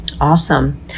Awesome